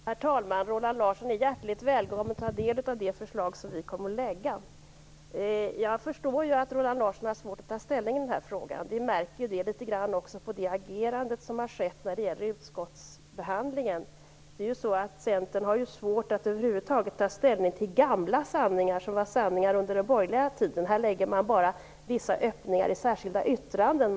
Herr talman! Roland Larsson är hjärtligt välkommen att ta del av det förslag som vi kommer att lägga fram. Jag förstår att Roland Larsson har svårt att ta ställning i den här frågan. Vi märker ju det litet grand på det agerande som har skett i utskottsbehandlingen. Centern har svårt att över huvud taget ta ställning till det som var sanningar under den borgerliga tiden. Här antyder de bara vissa öppningar i särskilda yttranden.